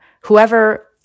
whoever